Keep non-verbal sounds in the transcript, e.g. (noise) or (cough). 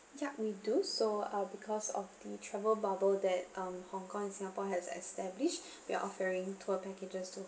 ya we do so uh because of the travel bubble that um hong kong and singapore has established (breath) we're offering tour packages to